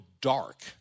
dark